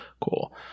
cool